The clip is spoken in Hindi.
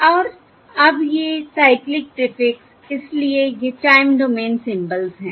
और अब ये साइक्लिक प्रीफिक्स इसलिए ये टाइम डोमेन सिंबल्स हैं